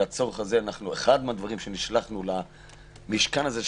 אחד מהדברים שלצורך זה נשלחנו למשכן הזה,